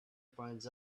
finds